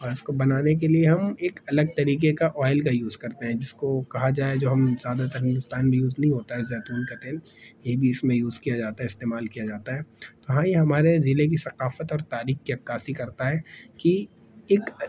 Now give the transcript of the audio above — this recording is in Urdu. اور اس کو بنانے کے لیے ہم ایک الگ طریقے کا آئل کا یوز کرتے ہیں جس کو کہا جائے جو ہم زیادہ تر ہندوستان میں یوز نہیں ہوتا ہے زیتون کا تیل یہ بھی اس میں یوز کیا جاتا ہے استعمال کیا جاتا ہے ہاں یہ ہمارے ضلعے کی ثقافت اور تاریخ کی عکاسی کرتا ہے کہ ایک